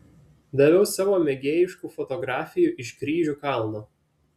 daviau savo mėgėjiškų fotografijų iš kryžių kalno